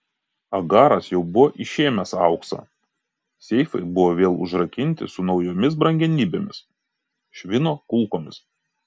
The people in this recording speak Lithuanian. agaras jau buvo išėmęs auksą seifai buvo vėl užrakinti su naujomis brangenybėmis švino kulkomis